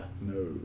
No